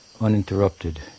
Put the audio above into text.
uninterrupted